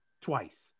twice